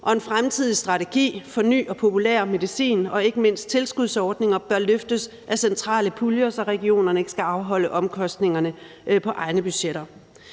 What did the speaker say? en fremtidig strategi for ny og populær medicin og ikke mindst tilskudsordning bør løftes af centrale puljer, så regionerne ikke skal afholde omkostningerne på egne budgetter.